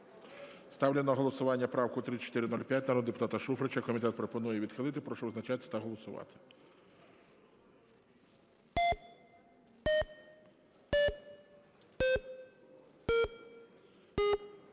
ставлю на голосування правку 3405 народного депутата Шуфрича. Комітет пропонує відхилити. Прошу визначатись та голосувати.